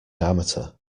diameter